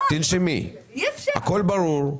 הכול ברור.